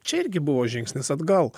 čia irgi buvo žingsnis atgal